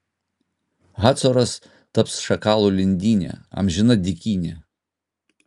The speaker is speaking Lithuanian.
hacoras taps šakalų lindyne amžina dykyne